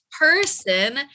person